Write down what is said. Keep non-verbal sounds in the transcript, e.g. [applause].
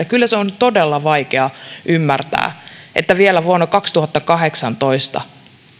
[unintelligible] kyllä se on todella vaikea ymmärtää että vielä vuonna kaksituhattakahdeksantoista